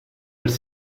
als